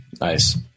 Nice